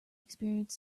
experience